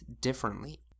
differently